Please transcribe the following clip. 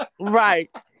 Right